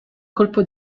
colpo